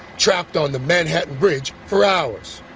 trapped on the manhattan bridge for hours,